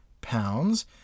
pounds